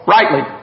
Rightly